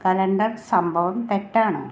calendar സംഭവം തെറ്റാണോ